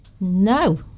No